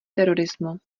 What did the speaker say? terorismu